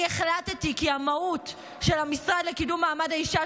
אני החלטתי כי המהות של המשרד לקידום מעמד האישה,